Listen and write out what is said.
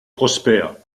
prospère